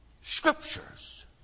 scriptures